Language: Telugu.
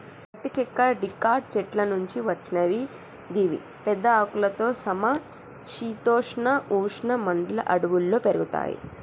గట్టి చెక్క డికాట్ చెట్ల నుంచి వచ్చినవి గివి పెద్ద ఆకులతో సమ శీతోష్ణ ఉష్ణ మండల అడవుల్లో పెరుగుతయి